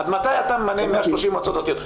עד מתי אתה ממנה 130 מועצות דתיות?